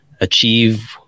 achieve